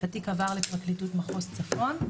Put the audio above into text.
התיק עבר לפרקליטות מחוז צפון,